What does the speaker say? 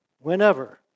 whenever